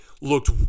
looked